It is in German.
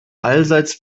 allseits